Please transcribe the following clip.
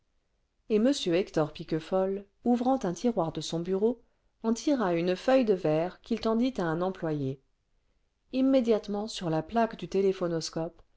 et m hector piquefol ouvrant un tiroir de son bureau en tira une feuille de verre qu'il tendit à un employé immédiatement sur la plaque du téléphonoscope les